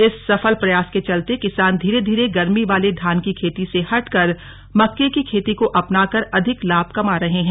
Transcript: इस सफल प्रयास के चलते किसान धीरे धीरे गर्मी वाले धान की खेती से हटकर मक्के की खेती को अपनाकर अधिक लाभ कमा रहे हैं